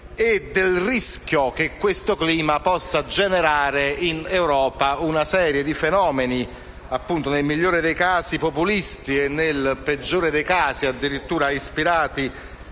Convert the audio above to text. e del rischio che tale clima possa generare in Europa una serie di fenomeni nel migliore dei casi populisti, nel peggiore addirittura ispirati